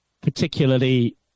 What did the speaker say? particularly